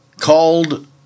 called